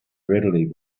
readily